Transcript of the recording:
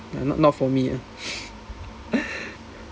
just not not for me lah